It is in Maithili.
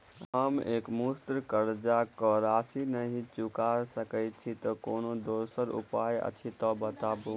हम एकमुस्त कर्जा कऽ राशि नहि चुका सकय छी, कोनो दोसर उपाय अछि तऽ बताबु?